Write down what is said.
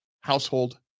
household